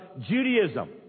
Judaism